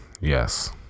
Yes